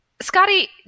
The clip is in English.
Scotty